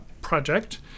Project